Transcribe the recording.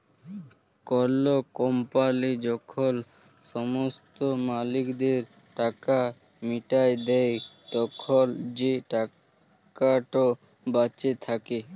call company যখল সমস্ত মালিকদের টাকা মিটাঁয় দেই, তখল যে টাকাট বাঁচে থ্যাকে